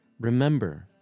Remember